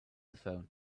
phone